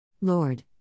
Lord